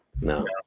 No